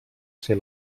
ser